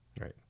right